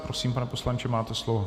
Prosím, pane poslanče, máte slovo.